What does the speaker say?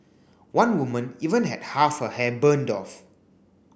one woman even had half her hair burned off